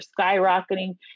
skyrocketing